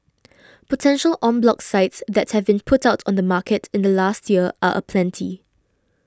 potential en bloc sites that have been put on the market in the past year are aplenty